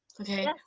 Okay